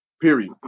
period